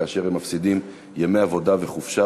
כאשר הם מפסידים ימי עבודה וחופשה,